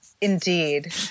indeed